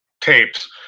tapes